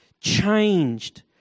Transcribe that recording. changed